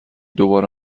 دوباره